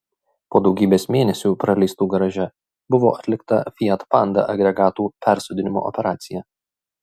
po daugybės mėnesių praleistų garaže buvo atlikta fiat panda agregatų persodinimo operacija